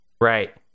Right